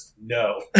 No